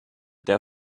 der